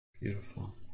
beautiful